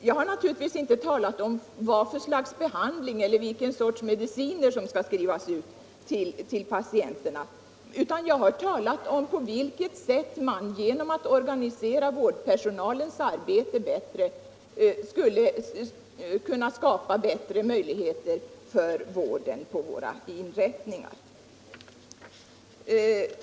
Jag har naturligtvis inte talat om vad för slags behandling eller vilken sorts medicin som skall komma i fråga, utan jag har talat om på vilket sätt man genom att organisera vårdpersonalens samarbete skulle kunna skapa bättre möjligheter för vården på våra inrättningar.